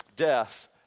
Death